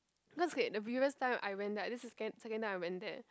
because okay the previous time I went there this is second second time I went there